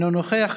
אינו נוכח.